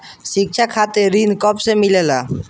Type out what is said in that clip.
शिक्षा खातिर ऋण कब से मिलेला?